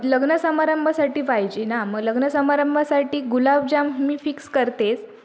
लग्नसमारंभासाठी पाहिजे ना मग लग्नसमारंभासाठी गुलाबजाम मी फिक्स करतेच